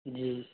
जी